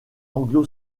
anglo